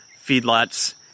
feedlots